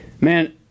Man